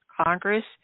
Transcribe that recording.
congress